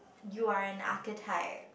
you are an archetype